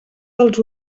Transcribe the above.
dels